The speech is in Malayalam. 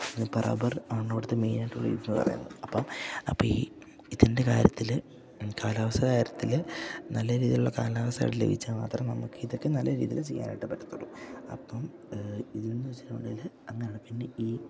ഇപ്പ റബ്ബർ കാണുന്ന ഇടത്ത് മെയിനായിട്ടുള്ളത് എന്നു പറയുന്നത് അപ്പം അപ്പം ഈ ഇതിൻ്റെ കാര്യത്തിൽ കാലാവസ്ഥ കാര്യത്തിൽ നല്ല രീതിയിലുള്ള കാലാവസ്ഥകൾ ലഭിച്ചാൽ മാത്രം നമുക്ക് ഇതൊക്കെ നല്ല രീതിയിൽ ചെയ്യാനായിട്ട് പറ്റത്തുള്ളൂ അപ്പം ഇത് എന്നു വച്ചിട്ടുണ്ടെങ്കിൽ അങ്ങനെയാണ് പിന്നെ ഈ